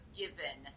given